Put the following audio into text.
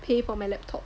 pay for my laptop